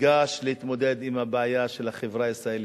תיגש להתמודד עם הבעיה של החברה הישראלית,